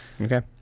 Okay